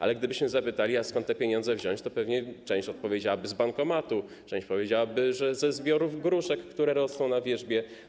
Ale gdybyśmy zapytali, skąd te pieniądze wziąć, to pewnie część odpowiedziałaby, że z bankomatu, część powiedziałaby, że ze zbiorów gruszek, które rosną na wierzbie.